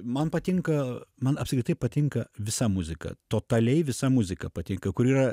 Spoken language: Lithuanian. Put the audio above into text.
man patinka man apskritai patinka visa muzika totaliai visa muzika patinka kuri yra